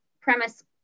premise